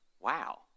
Wow